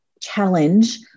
challenge